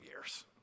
years